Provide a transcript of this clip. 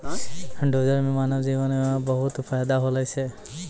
dozer सें मानव जीवन म बहुत फायदा होलो छै